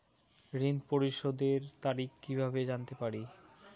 ঋণ পরিশোধের তারিখ কিভাবে জানতে পারি?